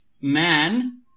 man